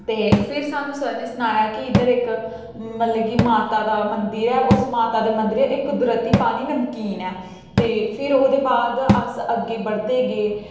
ते फिर स्हानूं सर ने सनाया के इद्धर इक्क मतलब के माता दा मंदिर ऐ ते उस माता दी वृत्ति एह् पानी नमकीन ऐ ते फिर ओह्दे बाद अस अग्गें बधदे गे